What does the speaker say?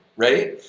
right?